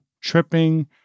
tripping